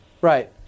Right